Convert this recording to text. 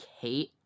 hate